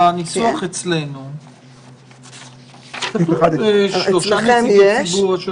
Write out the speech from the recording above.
בניסוח אצלנו כתוב שלושה נציגי ציבור.